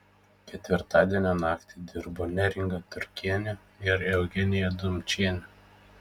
ketvirtadienio naktį dirbo neringa turkienė ir eugenija dumčienė